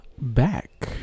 back